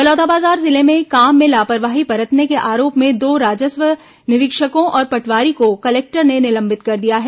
बलौदाबाजार जिले में काम में लापरवाही बरतने के आरोप में दो राजस्व निरीक्षकों और पटवारी को कलेक्टर ने निलंबित कर दिया है